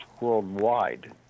Worldwide